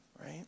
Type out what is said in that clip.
Right